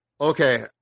okay